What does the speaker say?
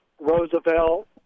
Roosevelt